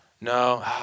no